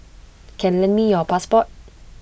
can lend me your passport